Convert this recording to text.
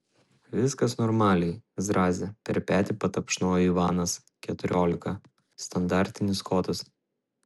viskas normaliai zraze per petį patapšnojo ivanas keturiolika standartinis kotas